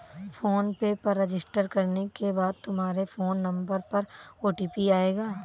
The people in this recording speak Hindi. फोन पे पर रजिस्टर करने के बाद तुम्हारे फोन नंबर पर ओ.टी.पी आएगा